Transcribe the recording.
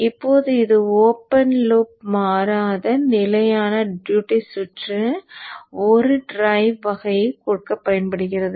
இப்போது இது open loop மாறாத நிலையான டியூட்டி சுற்று ஒரு டிரைவ் வகையை கொடுக்க பயன்படுகிறது